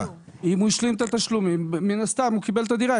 אם הוא השלים את התשלומים מן הסתם הוא קיבל את הדירה.